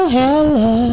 Hello